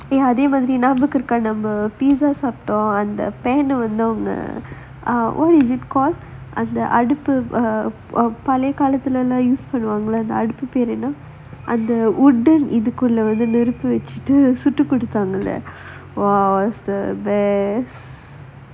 அதே மாதிரி ஞாபகம் இருக்கா நம்ம:athae maathiri nyabagam irukkaa namma car number pieces of door on the pear சாப்டோம் அந்த வந்து அவங்க:saaptom vanthu avanga oh what is it call அந்த அடுப்பு அந்த பழைய காலத்துல எல்லாம்:antha aduppu antha palaiya kaalathula ellaam used for the england பண்ணுவாங்கல்ல அதுக்கு பேரு என்ன அந்த:pannu vaangalla athukku peru enna antha wooden இதுக்குள்ள நெருப்பு வச்சு சுட்டு குடுப்பாங்கள்ள:ithukulla neruppu vachu suttu kuduppaangalla !wow! was the best